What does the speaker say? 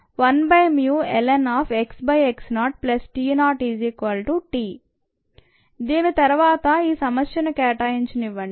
1ln xx0t0t దీని తర్వాత ఈ సమస్యను కేటాయించనివ్వండి